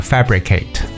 Fabricate